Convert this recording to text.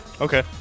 Okay